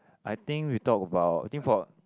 I think we talk about I think for